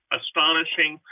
astonishing